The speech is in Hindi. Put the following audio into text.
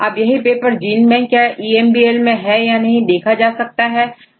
अब यही पेपर जीन बैंक जाEMBL मैं है या नहीं देखा जा सकता है